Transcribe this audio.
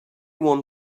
won